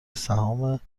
سهام